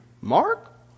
Mark